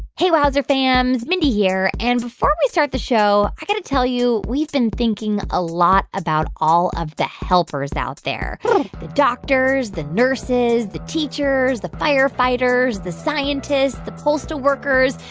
hey, wowzer fams. mindy here. and before we start the show, i got to tell you, we've been thinking a lot about all of the helpers out there the doctors, the nurses, the teachers, the firefighters, the scientists, the postal workers,